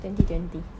twenty twenty